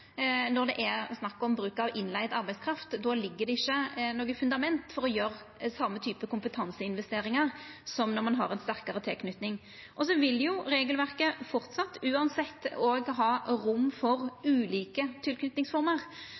når det er snakk om bruk av innleigd arbeidskraft. Då ligg det ikkje noko fundament for å gjera same type kompetanseinvesteringar som når ein har ei sterkare tilknyting. Regelverket vil framleis uansett òg ha rom for ulike